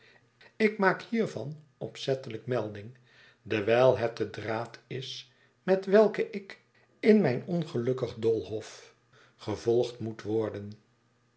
ik maak hiervan opzettelijk melding dewijl het de draad is met welken ik in mijn ongelukkig doolhof gevolgd moet worden